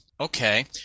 okay